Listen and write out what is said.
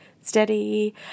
Steady